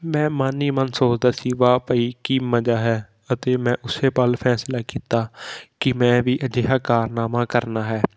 ਮੈਂ ਮਨ ਹੀ ਮਨ ਸੋਚਦਾ ਸੀ ਵਾਹ ਭਈ ਕੀ ਮਜਾ ਹੈ ਅਤੇ ਮੈਂ ਉਸੇ ਪਲ ਫੈਸਲਾ ਕੀਤਾ ਕਿ ਮੈਂ ਵੀ ਅਜਿਹਾ ਕਾਰਨਾਮਾ ਕਰਨਾ ਹੈ